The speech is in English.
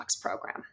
program